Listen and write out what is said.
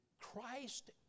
Christ